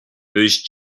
those